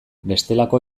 bestelako